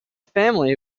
family